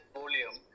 volume